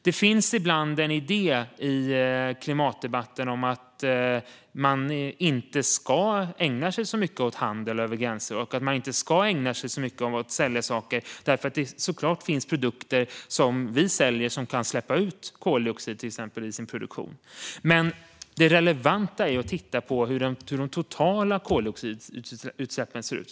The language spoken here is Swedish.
Det finns ibland en idé i klimatdebatten om att man inte ska ägna sig så mycket åt handel över gränser eller åt att sälja saker därför att det såklart finns produkter som vi säljer vars produktion släpper ut till exempel koldioxid. Men det relevanta att titta på är ju hur de totala koldioxidutsläppen ser ut.